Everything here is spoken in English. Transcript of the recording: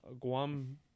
Guam